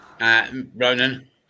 Ronan